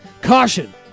Caution